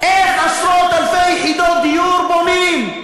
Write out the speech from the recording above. איך עשרות-אלפי יחידות דיור בונים,